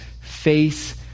face